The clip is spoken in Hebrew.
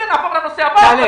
נעבור לנושא הבא,